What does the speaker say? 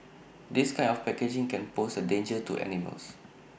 this kind of packaging can pose A danger to animals